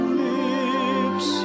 lips